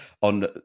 on